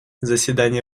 заседание